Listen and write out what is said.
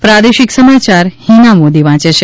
પ્રાદેશિક સમાયાર હીંના મોદી વાંચ છે